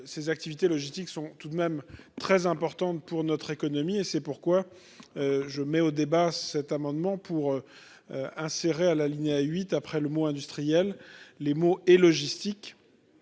Ses activités logistiques sont tout de même très importante pour notre économie et c'est pourquoi. Je mets au débat cet amendement pour. Insérer à l'alinéa 8 après le mot industrielles. Les mots et logistique.